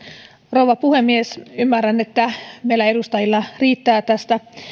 rouva puhemies ymmärrän että meillä edustajilla riittää tästä